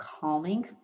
calming